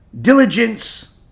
diligence